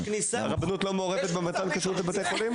הרבנות לא מעורבת במתן כשרות לבתי חולים?